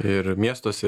ir miestuose